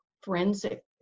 forensic